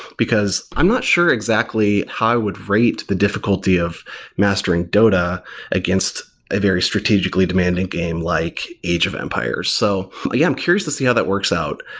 because i'm not sure exactly how i would rate the difficulty of mastering dota against a very strategically demanding game like age of empires so, yeah, i'm curious to see how that works out.